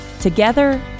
Together